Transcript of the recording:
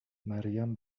مریم